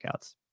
workouts